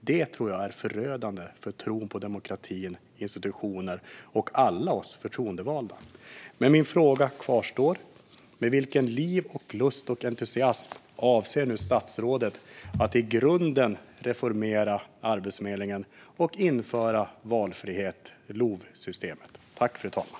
Det tror jag är förödande för tron på demokratin, institutioner och alla oss förtroendevalda. Min fråga kvarstår: Med vilken liv och lust och entusiasm avser nu statsrådet att i grunden reformera Arbetsförmedlingen och införa valfrihetssystemet, alltså LOV?